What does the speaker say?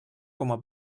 coma